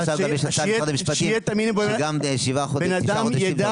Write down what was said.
ועכשיו תגיש הצעה למשרד המשפטים שגם תשעה חודשים זה עבודות שירות.